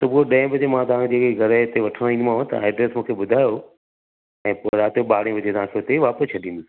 सुबुह ॾहें बजे मां तव्हां जेके घर जे इते वठणु ईंदोमांव तव्हां मूंखे एड्रेस ॿुधायो ऐं पोइ राति जो ॿारहें बजे उते ई वापसि छॾींदुसि